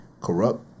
Corrupt